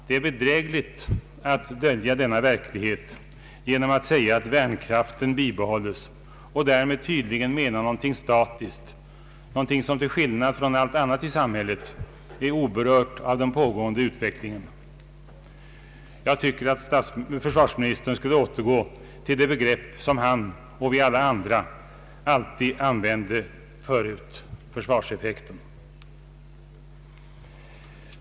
Det är bedrägligt att dölja denna verklighet genom att säga att värnkraften bibehålles och därmed tydligen mena någonting statiskt, som till skillnad från allt annat i samhället är oberört av den pågående utvecklingen. Jag tycker att försvarsministern skulle återgå till det begrepp som han och vi alla andra använde förut, nämligen försvarseffekten.